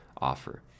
offer